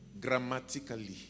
grammatically